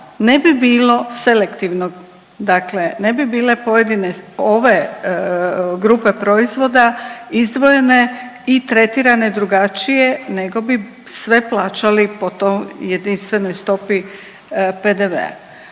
ne bi bilo selektivnog, dakle ne bi bile pojedine ove grupe proizvoda izdvojene i tretirane drugačije, nego bi sve plaćali po toj jedinstvenoj stopi PDV-a.